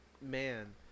Man